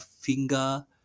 finger